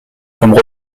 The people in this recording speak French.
comme